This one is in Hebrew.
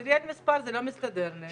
תחזרי על המספר, זה לא מסתדר לי.